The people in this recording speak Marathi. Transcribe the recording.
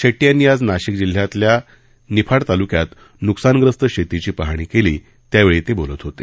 शेट्टी यांनी आज नाशिक जिल्ह्यातल्या निफाड तालुक्यात नुकसानग्रस्त शेतीची पाहणी केली त्यावेळी ते बोलत होते